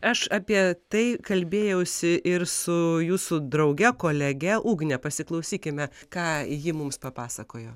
aš apie tai kalbėjausi ir su jūsų drauge kolege ugne pasiklausykime ką ji mums papasakojo